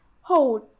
hold